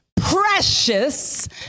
precious